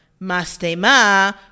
Mastema